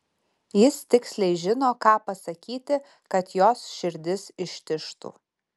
jis tiksliai žino ką pasakyti kad jos širdis ištižtų